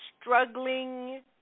Struggling